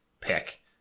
pick